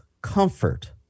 comfort